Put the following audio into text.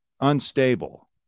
unstable